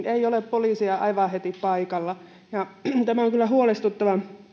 ei ole poliisia aivan heti paikalla tämä on kyllä huolestuttava